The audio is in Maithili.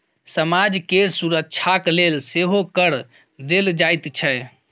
समाज केर सुरक्षाक लेल सेहो कर देल जाइत छै